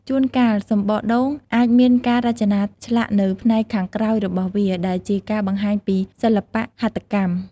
ជួនកាល សំបកដូងអាចមានការរចនាឆ្លាក់នៅផ្នែកខាងក្រោយរបស់វា ដែលជាការបង្ហាញពីសិល្បៈហត្ថកម្ម។